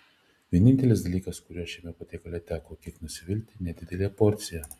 vienintelis dalykas kuriuo šiame patiekale teko kiek nusivilti nedidelė porcija